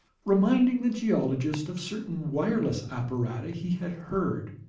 reminding the geologist of certain wireless apparata he had heard.